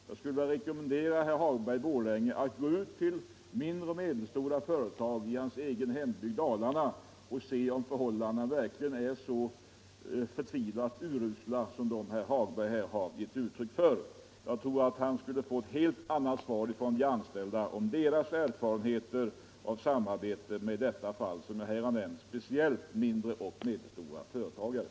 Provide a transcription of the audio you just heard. Jag skulle vilja rekommendera herr Hagberg i Borlänge att gå ut till mindre och medelstora företag i sin egen hembygd - Dalarna —- och undersöka om förhållandena verkligen är så förtvivlat urusla som han här försöker ge intryck av. Jag tror att herr Hagberg skulle få ett helt annat svar från de anställda beträffande deras erfarenheter om samarbetet inom de mindre och medelstora företagen.